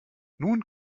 nun